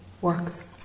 works